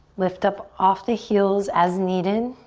lift up off the heels as needed.